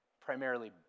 Primarily